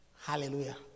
Hallelujah